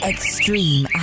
Extreme